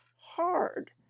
hard